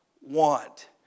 want